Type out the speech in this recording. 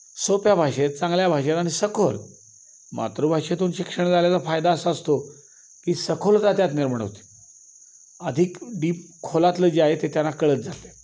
सोप्या भाषेत चांगल्या भाषेत आणि सखोल मातृभाषेतून शिक्षण झालेला फायदा असा असतो की सखोलता त्यात निर्माण होते अधिक डीप खोलातलं जे आहे ते त्यांना कळत जातं